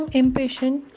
impatient